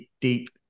Deep